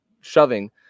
shoving